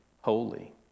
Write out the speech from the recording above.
holy